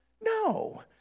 No